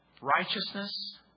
Righteousness